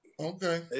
Okay